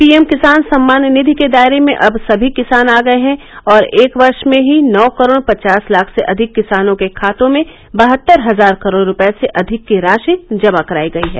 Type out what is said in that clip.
PM Kisan Samman Nidhi के दायरे में अब सभी किसान आ गए हैं और एक वर्ष में ही नौ करोड़ पचास लाख से अधिक किसानों के खातों में बहत्तर हजार करोड रुपये से अधिक की राशि जमा कराई गई है